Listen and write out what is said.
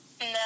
No